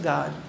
God